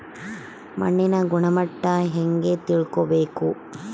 ಮಣ್ಣಿನ ಗುಣಮಟ್ಟ ಹೆಂಗೆ ತಿಳ್ಕೊಬೇಕು?